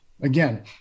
again